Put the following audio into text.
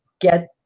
get